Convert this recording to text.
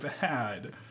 bad